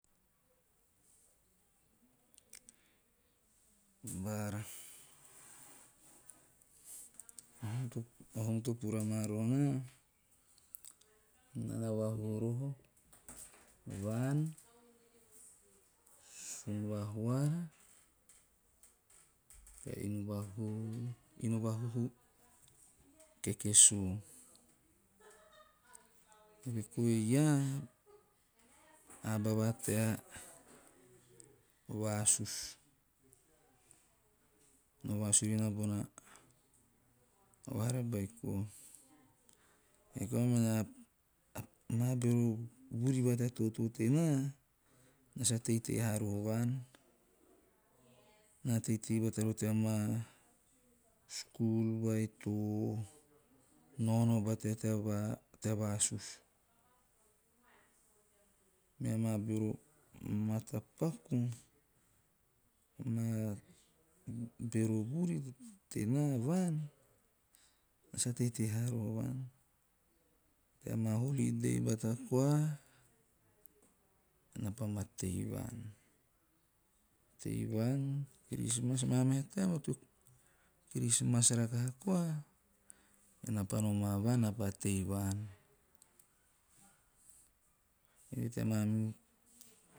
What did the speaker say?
Baara, o hum to pura maa rohe naa, naa na vahuhu reho vaan, sunvahoara tea inu vahu inu vahuhu kekesu. Ei kou e iaa, a aba va tea vasusu. Na vasugu rinana bona vahara beiko. Ei koa mena maa beor vuri va tea totoo tena, na sa teitei haa roho vaan. Naa ha teitei bat roho tea maa 'skul' vai to naonao bata e tea va- tea vasusu. Mea maa bero matapaku, maa bero vuri tenaa vaan, naa sa teitei haa roho vaan. Tea maa holiday bata koa, na pa ma tei vaan. Tei vaan, 'krismas' maa meha taem teo krismas rakaha koa, nam pa nomaa vaan na pa ma tei vaan. Eve he tea mamihu.